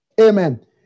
Amen